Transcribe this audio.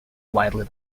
widely